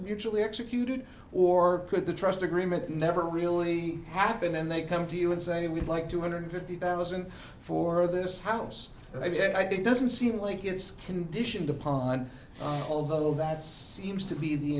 usually executed or could the trust agreement never really happen and they come to you and say we'd like two hundred fifty thousand for this house i think doesn't seem like it's conditioned upon although that seems to be the